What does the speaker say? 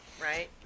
right